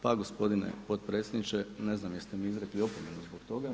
Pa gospodine potpredsjedniče ne znam jeste mi izrekli opomenu zbog toga?